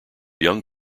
young